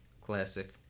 classic